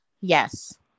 yes